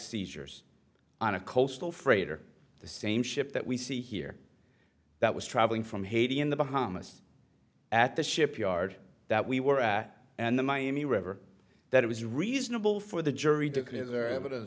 seizures on a coastal freighter the same ship that we see here that was traveling from haiti in the bahamas at the shipyard that we were at and the miami river that it was reasonable for the jury